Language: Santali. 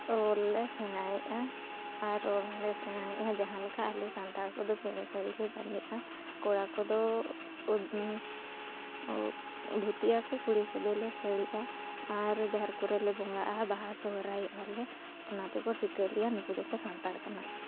ᱚᱞ ᱞᱮ ᱥᱮᱬᱟᱭᱮᱫᱼᱟ ᱟᱨ ᱨᱚᱲ ᱦᱚᱸᱞᱮ ᱥᱮᱬᱟᱭᱮᱫᱼᱟ ᱡᱟᱦᱟᱸ ᱞᱮᱠᱟ ᱟᱞᱮ ᱥᱟᱱᱛᱟᱲ ᱠᱚᱫᱚ ᱵᱷᱤᱱᱟᱹ ᱥᱟᱲᱤᱞᱮ ᱵᱟᱸᱫᱮᱭᱟᱮᱫᱼᱟ ᱠᱚᱲᱟ ᱠᱚᱫᱚ ᱫᱷᱩᱛᱤᱜ ᱟᱠᱚ ᱠᱩᱲᱤ ᱠᱚᱫᱚᱞᱮ ᱥᱟᱹᱲᱤᱜᱼᱟ ᱟᱨ ᱡᱟᱦᱮᱨ ᱠᱚᱨᱮᱞᱮ ᱵᱚᱸᱜᱟᱜᱼᱟ ᱵᱟᱦᱟ ᱥᱚᱦᱚᱨᱟᱭᱚᱜᱼᱟ ᱞᱮ ᱚᱱᱟ ᱛᱮᱠᱚ ᱴᱷᱤᱠᱟᱹ ᱞᱮᱭᱟ ᱱᱩᱠᱩ ᱫᱚᱠᱚ ᱥᱟᱱᱛᱟᱲ ᱠᱟᱱᱟ